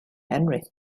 henry